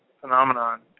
phenomenon